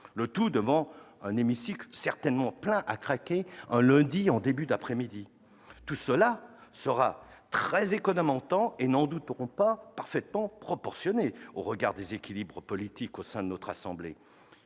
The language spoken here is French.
cela devant un hémicycle sans doute plein à craquer un lundi en début d'après-midi ... Tout cela sera très économe en temps et, n'en doutons pas, parfaitement proportionné, au regard des équilibres politiques au sein de notre assemblée.